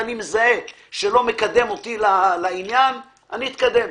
ואני אזהה שהוא לא מקדם אותי לטובת העניין אני אתקדם.